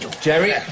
Jerry